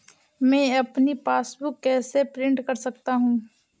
मैं अपनी पासबुक कैसे प्रिंट कर सकता हूँ?